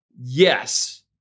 yes